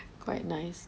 quite nice